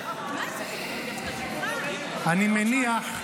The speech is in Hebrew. אני מניח,